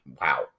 wow